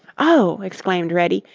oh! exclaimed reddy,